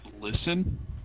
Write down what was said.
listen